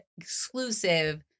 exclusive